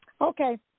Okay